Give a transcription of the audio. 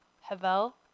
Havel